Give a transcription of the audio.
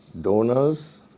donors